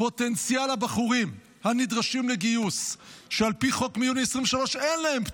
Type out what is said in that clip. פוטנציאל הבחורים הנדרשים לגיוס שעל פי חוק מיוני 2023 אין להם פטור,